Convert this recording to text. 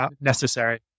necessary